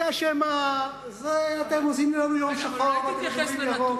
היא אשמה, אתם עושים לנו יום שחור במקום ירוק.